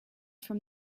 from